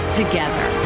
together